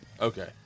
Okay